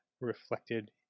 reflected